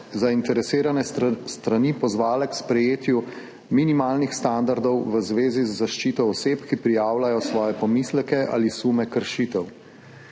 zainteresirane strani pozvale k sprejetju minimalnih standardov v zvezi z zaščito oseb, ki prijavljajo svoje pomisleke ali sume kršitev.